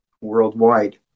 worldwide